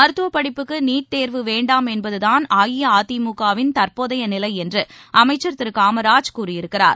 மருத்துவப் படிப்புக்கு நீட் தேர்வு வேண்டாம் என்பதுதான் அஇஅதிமுக வின் தற்போதைய நிலை என்று அமைச்சர் திரு காமராஜ் கூறியிருக்கிறார்